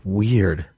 weird